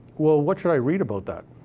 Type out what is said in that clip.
well, what should i read about that?